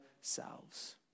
selves